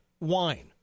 wine